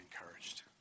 encouraged